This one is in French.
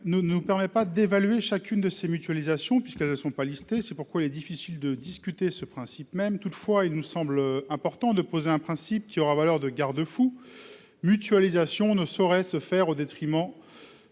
ne nous permet pas d'évaluer ces mutualisations puisqu'elles ne sont pas énumérées. Il est donc difficile de discuter de leur principe même. Toutefois, il nous semble important de poser un principe qui aura valeur de garde-fou : la mutualisation ne saurait se faire au détriment